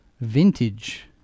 Vintage